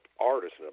artist